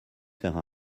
faire